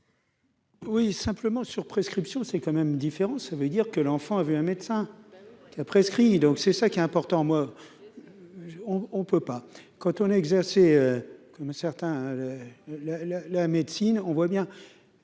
Oui, simplement, sur prescription, c'est quand même différent, ça veut dire que l'enfant avait un médecin qui a prescrit donc c'est ça qui est important, moi on on ne peut pas cantonner exercé comme certains le le la médecine, on voit bien,